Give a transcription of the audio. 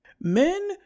Men